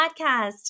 podcast